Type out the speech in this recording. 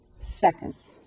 Seconds